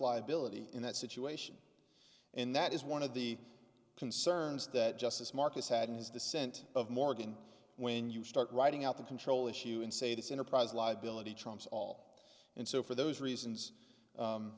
liability in that situation and that is one of the concerns that justice marcus had in his dissent of morgan when you start writing out the control issue and say this enterprise liability trumps all and so for those reasons